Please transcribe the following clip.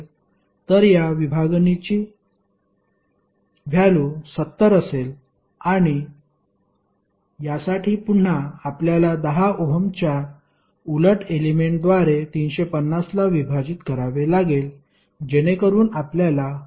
तर या विभागणीची व्हॅल्यु 70 असेल आणि यासाठी पुन्हा आपल्याला 10 ओहमच्या उलट एलेमेंट्सद्वारे 350 ला विभाजित करावे लागेल जेणेकरून आपल्याला 35 मिळेल